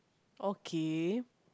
okay